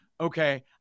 Okay